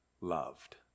loved